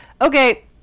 okay